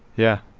yeah.